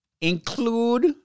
Include